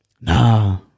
Nah